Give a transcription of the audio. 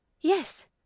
Yes